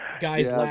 guys